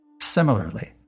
Similarly